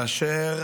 כאשר